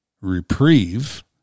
reprieve